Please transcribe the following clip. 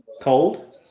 cold